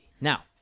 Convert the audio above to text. Now